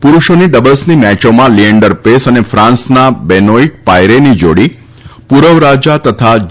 પુરૂષોની ડબલ્સની મેચોમાં લિયેન્ડર પેસ અને ફ્રાંસના બેનોઇટ પાયરેની જાડી પૂરવ રાજા તથા જે